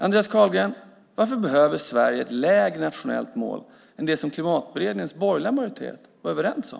Andreas Carlgren, varför behöver Sverige ett lägre nationellt mål än det som Klimatberedningens borgerliga majoritet var överens om?